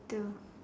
two